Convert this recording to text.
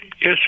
Yes